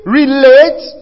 relate